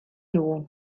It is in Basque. dugu